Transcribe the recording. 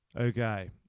okay